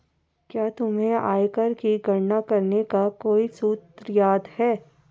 क्या तुम्हें आयकर की गणना करने का कोई सूत्र याद है?